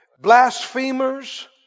blasphemers